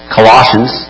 Colossians